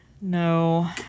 No